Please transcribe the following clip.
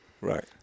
right